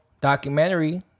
documentary